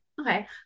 okay